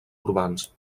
urbans